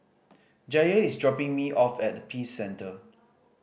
Jair is dropping me off at Peace Centre